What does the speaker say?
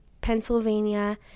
Pennsylvania